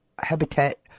habitat